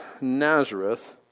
Nazareth